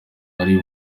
ari